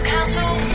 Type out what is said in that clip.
Castle